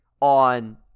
on